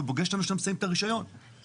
הוא באים אותנו כשאנחנו מסיימים את הרישיון.